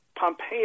Pompeo